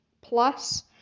Plus